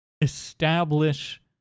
establish